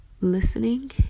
listening